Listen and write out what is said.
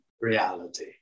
reality